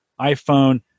iPhone